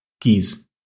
keys